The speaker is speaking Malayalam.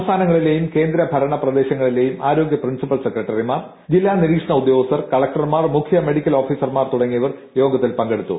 സംസ്ഥാനങ്ങളിലെയും കേന്ദ്ര ഭരണ പ്രദേശങ്ങളിലെയും ആരോഗ്യ പ്രിൻസിപ്പൽ സെക്രട്ടറിമാർ ജില്ലാ നിരീക്ഷണ ഉദ്യോഗസ്ഥർ കളക്ടർമാർ മുഖ്യ മെഡിക്കൽ ഓഫീസർമാർ തുടങ്ങിയവർ യോഗത്തിൽ പങ്കെടുത്തു